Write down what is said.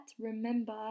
Remember